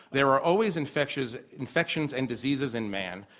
there are always infections infections and diseases in man.